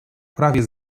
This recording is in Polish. prawie